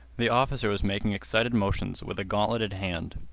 the officer was making excited motions with a gauntleted hand.